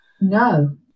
No